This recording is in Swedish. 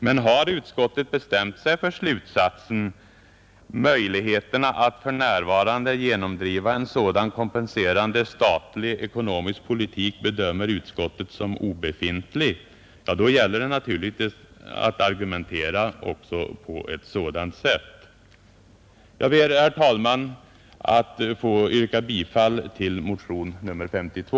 Men har utskottet bestämt sig för slutsatsen ”möjligheterna att för närvarande genomdriva en sådan kompenserande statlig ekonomisk politik bedömer utskottet som obefintliga”, då gäller det naturligtvis att argumentera på ett sådant sätt. Jag ber, herr talman, att få yrka bifall till motionen 52.